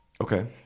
Okay